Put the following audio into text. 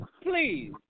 please